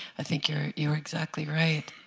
i think you're you're exactly right.